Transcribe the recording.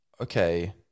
okay